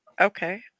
Okay